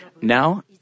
Now